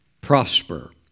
prosper